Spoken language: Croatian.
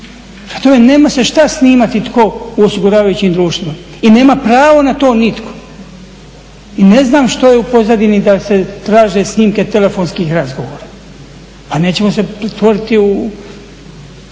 tome nema se šta snimati tko u osiguravajućim društvima i nema pravo na to nitko. I ne znam što je u pozadini da se traže snimke telefonskih razgovora. Pa nećemo se pretvoriti u